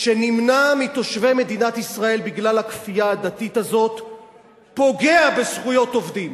שנמנע מתושבי מדינת ישראל בגלל הכפייה הדתית הזאת פוגע בזכויות עובדים.